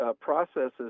Processes